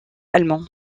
allemand